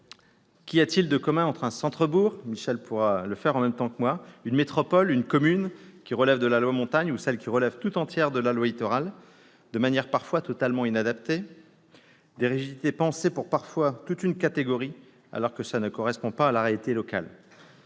Qu'y a-t-il de commun entre un centre-bourg, une métropole, une commune qui relève de la loi Montagne ou celle qui relève tout entière de la loi Littoral de manière parfois totalement inadaptée ? Des rigidités pensées pour parfois toute une catégorie alors que ça ne correspond pas à la réalité locale !